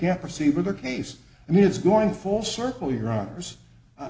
can't proceed with her case i mean it's going full circle your honour's